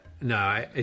No